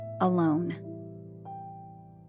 alone